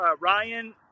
Ryan